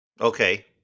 Okay